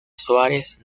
suárez